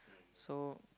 so